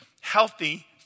healthy